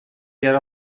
yer